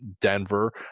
Denver